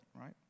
right